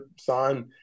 sign